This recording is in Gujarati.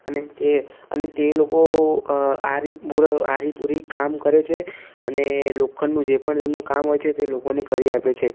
અને તે અને તે લોકો આરિપુરી કામ કરે છે અને લોખંડનું જે પણ તેમનું કામ હોય છે તે લોકોને કરી આપે છે